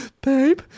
babe